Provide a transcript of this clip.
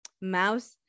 mouse